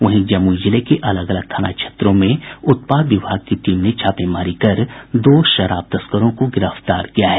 वहीं जमुई जिले के अलग अलग थाना क्षेत्रों में उत्पाद विभाग की टीम ने छापेमारी कर दो शराब तस्करों को गिरफ्तार किया है